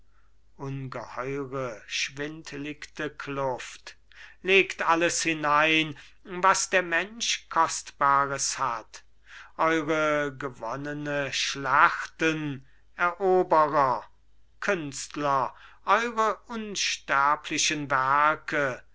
ungeheure schwindligte kluft legt alles hinein was der mensch kostbares hat eure gewonnene schlachten eroberer künstler eure unsterblichen werke